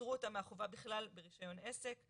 פטרו אותה מהחובה בכלל ברישיון עסק,